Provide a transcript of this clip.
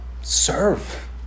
serve